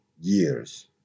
years